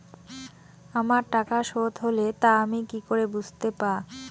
আমার টাকা শোধ হলে তা আমি কি করে বুঝতে পা?